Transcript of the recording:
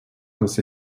нос